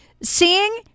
Seeing